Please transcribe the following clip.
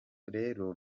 rero